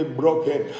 broken